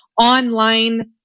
online